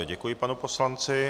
Děkuji panu poslanci.